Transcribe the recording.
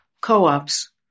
co-ops